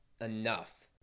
enough